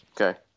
Okay